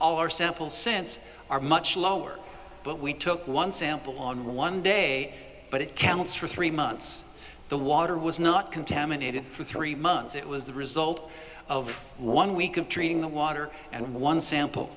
all our sample sense are much lower but we took one sample on one day but it counts for three months the water was not contaminated for three months it was the result of one week of treating the water and one sample